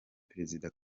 perezida